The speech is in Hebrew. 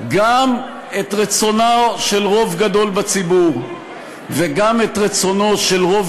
גם את רצונו של רוב גדול בציבור וגם את רצונו של רוב